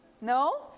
No